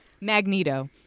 Magneto